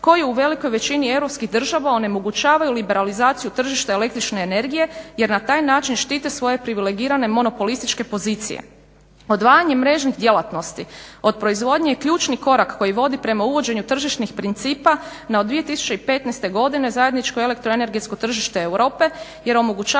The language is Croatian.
koji u velikoj većini europskih država onemogućavaju liberalizaciju tržišta el.energije jer na taj način štite svoje privilegirana monopolističke pozicije. Odvajanje mrežnih djelatnosti od proizvodnje je ključni korak koji vodi prema uvođenju tržišnih principa na od 2015.godine zajedničko elektroenergetsko tržište Europe jer omogućava